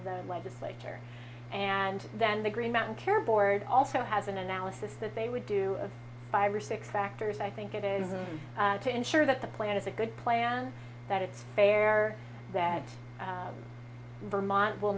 the legislature and then the green mountain care board also has an analysis that they would do five or six factors i think it is to ensure that the plan is a good plan that it's fair that vermont will